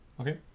Okay